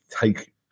take